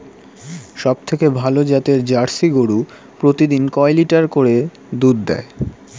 সবথেকে ভালো জাতের জার্সি গরু প্রতিদিন কয় লিটার করে দুধ দেয়?